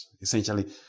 Essentially